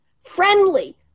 friendly